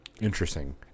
Interesting